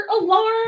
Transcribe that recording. alarm